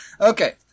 Okay